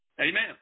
Amen